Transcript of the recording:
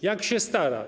Jak się stara?